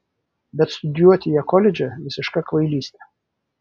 bet studijuoti ją koledže visiška kvailystė